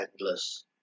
endless